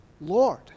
Lord